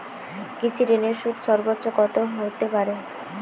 কৃষিঋণের সুদ সর্বোচ্চ কত হতে পারে?